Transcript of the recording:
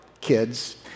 kids